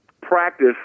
practice